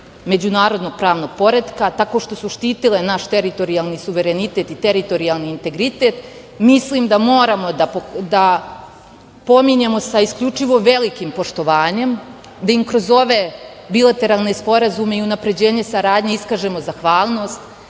međunarodnog pravnog poretka tako što su štitile naš teritorijalni suverenitet i teritorijalni integritet, mislim da moramo da pominjemo sa isključivo velikim poštovanjem, da im kroz ove bilateralne sporazume i unapređenje saradnje iskažemo zahvalnost,